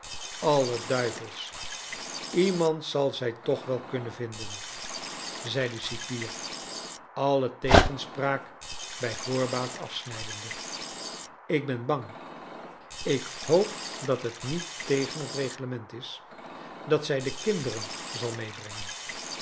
alle duivels iemand zal zij toch wel kunnen vinden zei de cipier alle tegenspraak bij voorbaat afsnijdende ik ben bang ik hoop dat het niet tegen het reglement is dat zij de kinderen zal meebrengen